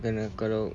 then kalau